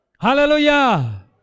Hallelujah